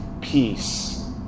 peace